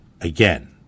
again